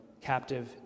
captive